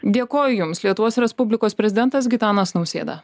dėkoju jums lietuvos respublikos prezidentas gitanas nausėda